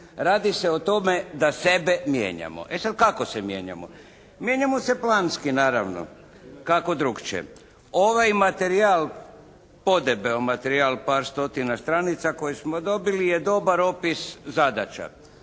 Radi se o tome da sebe mijenjamo. E, sad kako se mijenjamo? Mijenjamo se planski, naravno, kako drukčije. Ovaj materijal, podebeo materijal, par stotina stranica koje smo dobili je dobar opis zadaća.